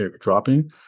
dropping